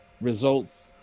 results